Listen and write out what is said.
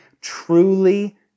truly